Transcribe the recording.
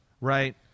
right